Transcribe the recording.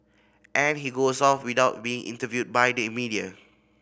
and he goes off without being interviewed by the media